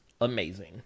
amazing